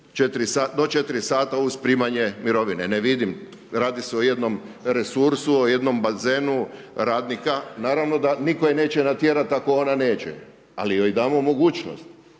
do 4 sata uz primanje mirovine, ne vidim, radi se o jednom resursu, o jednom bazenu radnika, naravno da nitko je neće natjerati ako neće ali joj damo mogućnost.